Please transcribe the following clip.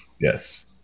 Yes